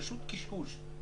פשוט קשקוש,